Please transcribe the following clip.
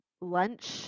lunch